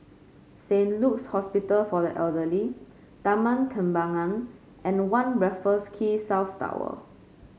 Saint Luke's Hospital for the Elderly Taman Kembangan and a One Raffles Quay South Tower